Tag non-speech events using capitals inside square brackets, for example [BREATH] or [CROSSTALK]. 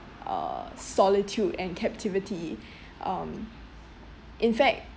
uh solitude and captivity [BREATH] um in fact